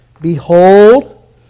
Behold